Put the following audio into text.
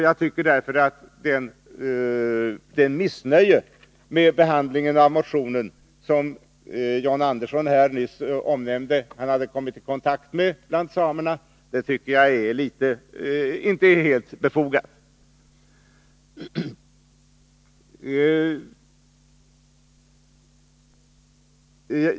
Jag tycker därför att det missnöje med behandlingen av motionen som John Andersson här nyss omnämnde att han kommit i kontakt med bland samerna inte är helt befogat.